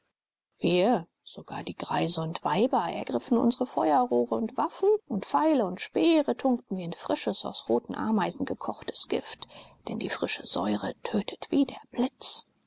wir sogar die greise und weiber ergriffen unsre feuerrohre und waffen die pfeile und speere tunkten wir in frisches aus roten ameisen gekochtes gift denn die frische säure tötet wie der blitz